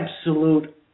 absolute